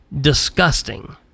disgusting